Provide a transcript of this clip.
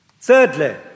Thirdly